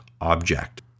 object